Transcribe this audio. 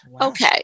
Okay